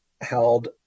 held